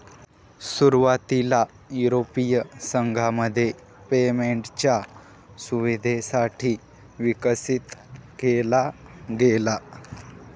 सुरुवातीला युरोपीय संघामध्ये पेमेंटच्या सुविधेसाठी विकसित केला गेला